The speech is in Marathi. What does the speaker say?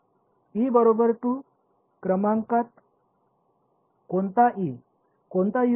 ई बरोबर 2 क्रमांकात कोणता e कोणता Us आहे